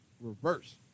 reverse